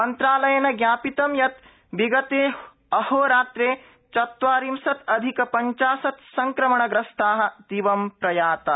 मन्त्रालयेन ज्ञापितं यतः विगते अहोरात्रे चत्वारिंशदधिक ञ्चशतं संक्रणणग्रस्ताः दिवं प्रयाताः